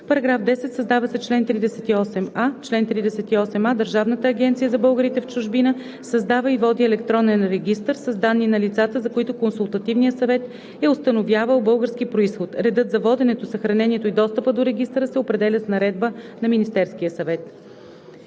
§ 10: „§ 10. Създава се чл. 38а: „Чл. 38а. Държавната агенция за българите в чужбина създава и води електронен регистър с данни на лицата, за които Консултативният съвет е установявал български произход. Редът за воденето, съхранението и достъпа до регистъра се определя с наредба на Министерския съвет.“